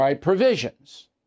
provisions